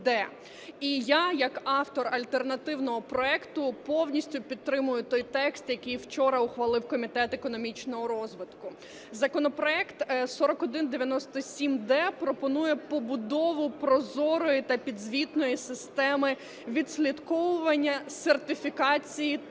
І я як автор альтернативного проекту повністю підтримую той текст, який вчора ухвалив Комітет економічного розвитку. Законопроект 4197-д пропонує побудову прозорої та підзвітної системи відслідковування сертифікації